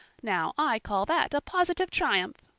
now, i call that a positive triumph.